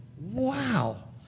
Wow